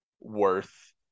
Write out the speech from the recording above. worth